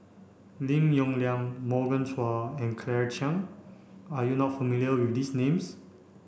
Lim Yong Liang Morgan Chua and Claire Chiang are you not familiar with these names